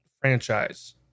franchise